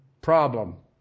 problem